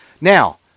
Now